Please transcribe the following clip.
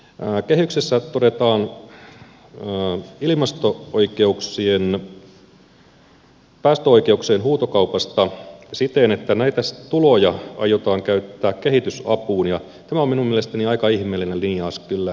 kehyksissä todetaan päästöoikeuksien huutokaupasta siten että näitä tuloja aiotaan käyttää kehitysapuun ja tämä on minun mielestäni aika ihmeellinen linjaus kyllä